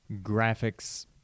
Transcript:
graphics